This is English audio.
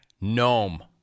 gnome